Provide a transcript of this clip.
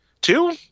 Two